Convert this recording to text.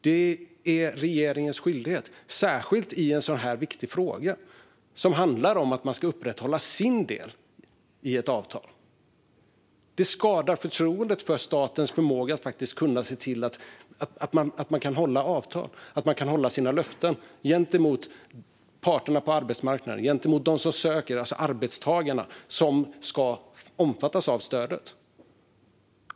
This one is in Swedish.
Det är regeringens skyldighet, särskilt i en så viktig fråga som denna som handlar om att man ska upprätthålla sin del i ett avtal. Det här skadar förtroendet för statens förmåga att hålla avtal och sina löften gentemot parterna på arbetsmarknaden och de arbetstagare som omfattas av och ansöker om stödet.